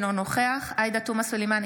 אינו נוכח עאידה תומא סלימאן,